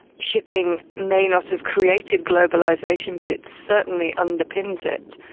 shipping may not have created globalisation but it certainly underpins it.